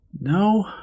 No